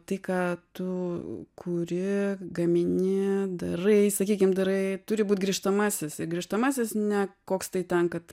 tai ką tu kuri gamini darai sakykim darai turi būt grįžtamasis grįžtamasis ne koks tai ten kad